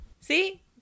See